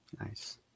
Nice